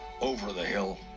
over-the-hill